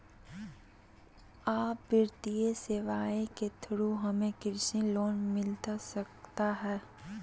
आ वित्तीय सेवाएं के थ्रू हमें कृषि लोन मिलता सकता है?